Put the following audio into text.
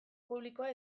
publikoa